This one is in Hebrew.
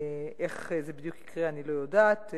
איך זה בדיוק יקרה אני לא יודעת.